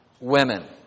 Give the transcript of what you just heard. women